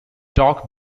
talk